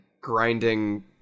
grinding